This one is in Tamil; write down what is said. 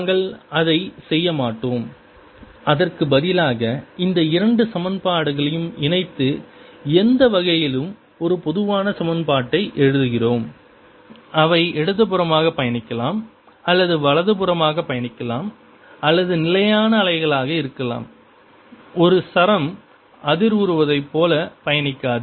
நாங்கள் அதைச் செய்ய மாட்டோம் அதற்கு பதிலாக இந்த இரண்டு சமன்பாடுகளையும் இணைத்து எந்த வகையிலும் ஒரு பொதுவான சமன்பாட்டை எழுதுகிறோம் அவை இடதுபுறமாக பயணிக்கலாம் அல்லது வலதுபுறம் பயணிக்கலாம் அல்லது நிலையான அலைகளாக இருக்கலாம் ஒரு சரம் அதிர்வுறுவதைப் போல பயணிக்காது